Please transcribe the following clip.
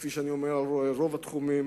כפי שאני אומר ברוב התחומים,